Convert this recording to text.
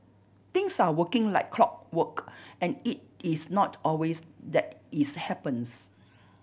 things are working like clockwork and it is not always that it's happens